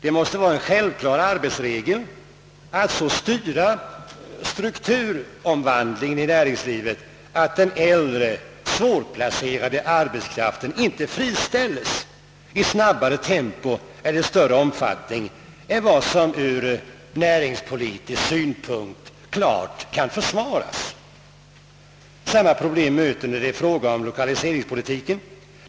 Det måste vara en självklar arbetsregel att så styra strukturomvandlingen i näringslivet, att den äldre, svårplacerade arbetskraften inte friställs i snabbare tempo eller i större omfattning än vad som ur näringspolitisk synpunkt klart kan försvaras. Samma problem möter i fråga om lokaliseringspolitiken.